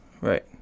right